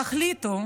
תחליטו